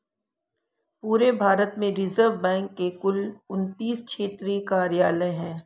पूरे भारत में Reserve Bank के कुल उनत्तीस क्षेत्रीय कार्यालय हैं